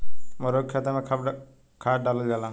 मरुआ के खेती में खाद कब डालल जाला?